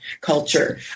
culture